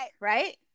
right